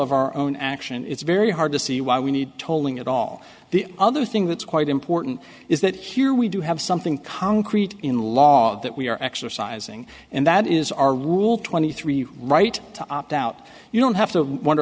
of our own action it's very hard to see why we need tolling at all the other thing that's quite important is that here we do have something concrete in law that we are exercising and that is our rule twenty three right to opt out you don't have to wonder